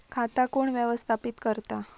खाता कोण व्यवस्थापित करता?